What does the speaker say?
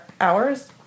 hours